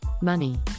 money